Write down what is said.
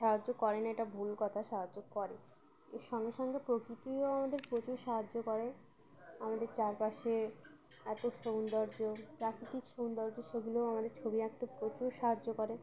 সাহায্য করে না এটা ভুল কথা সাহায্য করে এর সঙ্গে সঙ্গে প্রকৃতিও আমাদের প্রচুর সাহায্য করে আমাদের চারপাশে এত সৌন্দর্য প্রাকৃতিক সৌন্দর্য সেগুলোও আমাদের ছবি আঁকতে প্রচুর সাহায্য করে